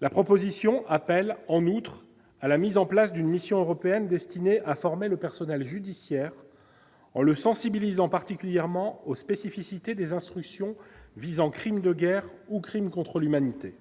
la proposition appelle en outre à la mise en place d'une mission européenne destinée à former le personnel judiciaire en le sensibilisant particulièrement aux spécificités des instructions visant, crimes de guerre ou Crime contre l'humanité.